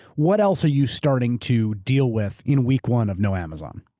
what else are you starting to deal with in week one of no amazon?